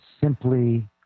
simply